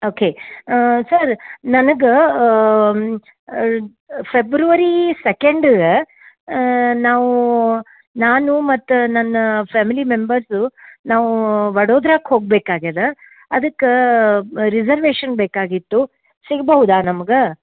okay sir ನನಗೆ February ಸೆಕೆಂಡಗೆ ನಾವು ನಾನು ಮತ್ತು ನನ್ನ ಫ್ಯಾಮಿಲಿ ಮೆಂಬರ್ಸು ನಾವು ವಡೋದ್ರಾಕ್ಕೆ ಹೋಗಬೇಕಾಗ್ಯದ ಅದಕ್ಕೆ ರಿಸರ್ವೇಶನ್ ಬೇಕಾಗಿತ್ತು ಸಿಗಬಹುದಾ ನಮಗೆ